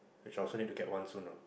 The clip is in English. we shall soon in to get one soon ah